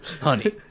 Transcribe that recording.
Honey